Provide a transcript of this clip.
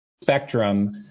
spectrum